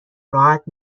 راحت